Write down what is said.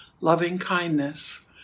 loving-kindness